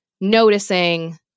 noticing